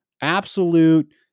absolute